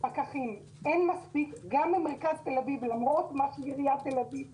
אבל אין מספיק פקחים גם במרכז תל אביב למרות מה שעיריית תל אביב אומרת.